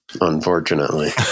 unfortunately